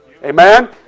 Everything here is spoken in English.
Amen